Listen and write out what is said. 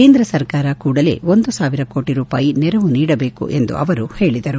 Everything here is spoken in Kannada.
ಕೇಂದ್ರ ಸರ್ಕಾರ ಕೂಡಲೇ ಒಂದು ಸಾವಿರ ಕೋಟ ರೂಪಾಯಿ ನೆರವು ನೀಡಬೇಕು ಎಂದು ಅವರು ಹೇಳಿದರು